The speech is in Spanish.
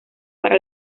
para